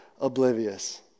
oblivious